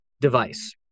device